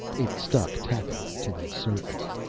it stuck tackily, to the surface.